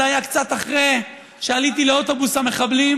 זה היה קצת אחרי שעליתי לאוטובוס המחבלים,